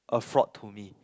a fraud to me